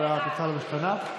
אבל התוצאה לא השתנתה.